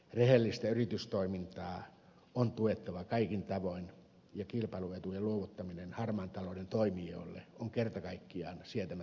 rehellistä yritystoimintaa on tuettava kaikin tavoin ja kilpailuetujen luovuttaminen harmaan talouden toimijoille on kerta kaikkiaan sietämätön vaihtoehto